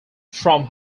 from